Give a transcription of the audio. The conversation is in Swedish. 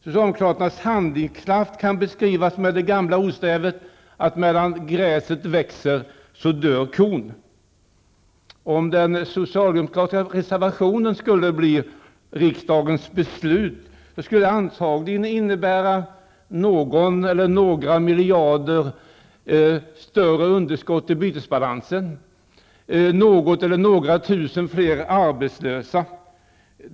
Socialdemokraternas handlingskraft kan beskrivas med det gamla ordstävet ''Medan gräset växer, dör kon''. Om den socialdemokratiska reservationen skulle bli riksdagens beslut, skulle det antagligen innebära någon eller några miljarder i ökat underskott i bytesbalansen och något eller några tusen fler arbetslösa.